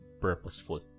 purposeful